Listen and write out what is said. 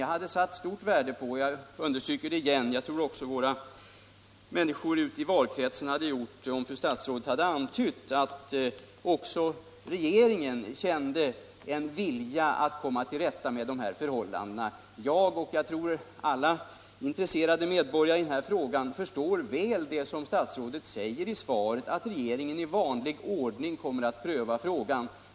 Men jag vill återigen understryka att jag, och jag tror att det gäller även människorna ute i valkretsen, hade satt stort värde på en antydan från statsrådet om att också regeringen känner en vilja att komma till rätta med dessa förhållanden. Jag och, som jag vet, alla av denna fråga intresserade medborgare förstår väl statsrådets yttrande i svaret att regeringen i vanlig ordning kommer att pröva frågan.